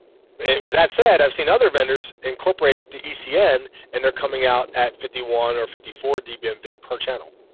it with that said i've seen other vendors incorporate the yeah ecn and they're coming out at fifty one or fifty four d bmv per channel?